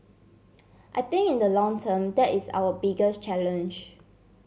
I think in the long term that is our biggest challenge